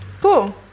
Cool